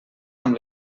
amb